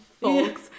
Folks